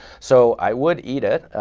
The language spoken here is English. so i would eat it.